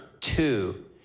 two